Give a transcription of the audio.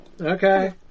Okay